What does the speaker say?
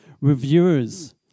Reviewers